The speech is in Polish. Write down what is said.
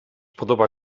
podoba